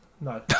No